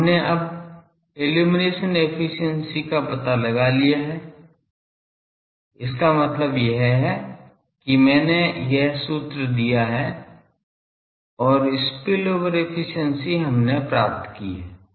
तो हमने अब इल्लुमिनेशन एफिशिएंसी का पता लगा लिया है इसका मतलब यह है कि मैंने यह सूत्र दिया है और स्पिल ओवर एफिशिएंसी हमने प्राप्त की है